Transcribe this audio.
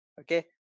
okay